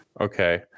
okay